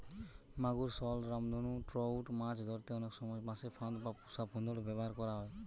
মাগুর, শল, রামধনু ট্রাউট মাছ ধরতে অনেক সময় বাঁশে ফাঁদ বা পুশা ভোঁদড় ব্যাভার করা হয়